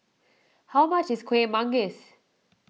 how much is Kueh Manggis